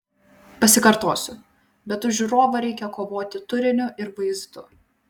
pasikartosiu bet už žiūrovą reikia kovoti turiniu ir vaizdu